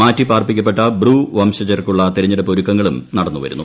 മാറ്റിപാർപ്പിക്കപ്പെട്ട ബ്രൂ വംശജർക്കുള്ള തിരഞ്ഞെടുപ്പ് ഒരുക്കങ്ങളും നടന്നുവരുന്നു